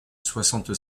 soixante